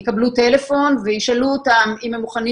יקבלו טלפון וישאלו אותם אם הם מוכנים